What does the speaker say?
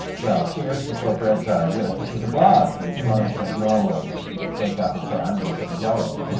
well, tears before bread time, you know, cuz she was a blond. and blonds don't normally wake up and say, i'm gonna put yellow